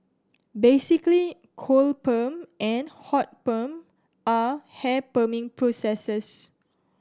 basically cold perm and hot perm are hair perming processes